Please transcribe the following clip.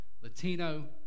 Latino